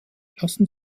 lassen